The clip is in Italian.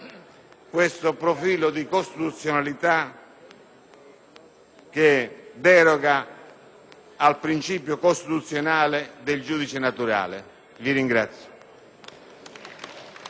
che deroga al principio costituzionale del giudice naturale. *(Applausi